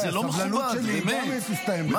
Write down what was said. ובמקביל אני שב ופונה לכנסת: תיזמו דיונים --- משפחות חטופים.